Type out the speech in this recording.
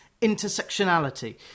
intersectionality